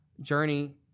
journey